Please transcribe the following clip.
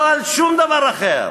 לא על שום דבר אחר.